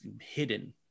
hidden